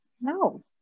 no